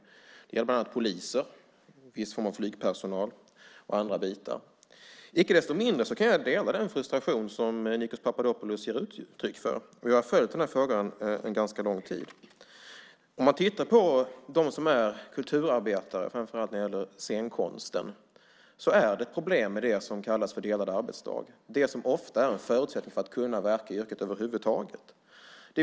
Det gäller bland annat poliser, viss flygpersonal och andra. Icke desto mindre kan jag instämma i den frustration som Nikos Papadopoulos ger uttryck för. Jag har följt frågan under lång tid. Kulturarbetare inom framför allt scenkonsten har problem med det som kallas delad arbetsdag. Det är ofta en förutsättning för att över huvud taget kunna verka i yrket.